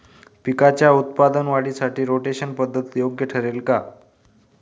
पिकाच्या उत्पादन वाढीसाठी रोटेशन पद्धत योग्य ठरेल का?